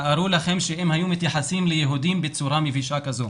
תארו לכם אם היו מתייחסים ליהודים בצורה מבישה כזו.